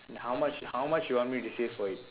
how much how much you want me to save for you